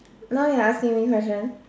now you're asking me question